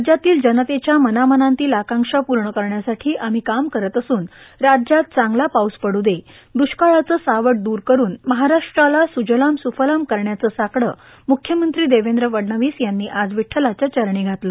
रा यातील जनते या मनामनांतील आकां ा पूण कर यासाठ आ ह काम करत असून रा यात चांगला पाऊस पडू देश दु काळाचं सावट दूर क न महारा ाला सुजलाम् सुफलाम कर याचं साकडं म् यमं ी देव फडणवीस यांनी आज व ठला या चरणी घातलं